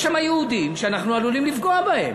יש שם יהודים שאנחנו עלולים לפגוע בהם.